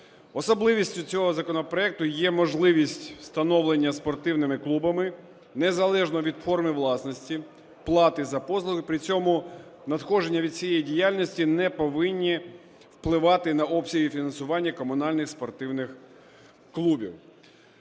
Особливістю цього законопроекту є можливість встановлення спортивними клубами незалежно від форми власності плати за послуги, при цьому надходження від цієї діяльності не повинні впливати на обсяги фінансування комунальних спортивних клубів.